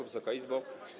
Wysoka Izbo!